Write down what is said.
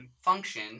function